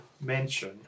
mention